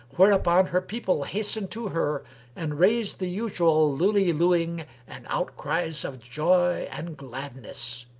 where-upon her people hastened to her and raised the usual lullilooing and outcries of joy and gladness.